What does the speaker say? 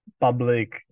public